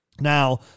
Now